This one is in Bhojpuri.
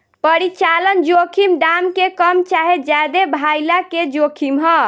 परिचालन जोखिम दाम के कम चाहे ज्यादे भाइला के जोखिम ह